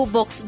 Box